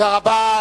תודה רבה.